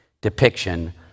depiction